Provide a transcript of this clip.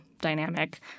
dynamic